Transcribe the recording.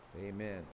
amen